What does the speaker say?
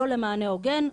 לא למענה הוגן,